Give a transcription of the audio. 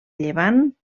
llevant